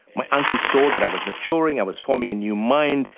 my uncle saw that i was maturing, i was forming a new mind,